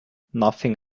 nothing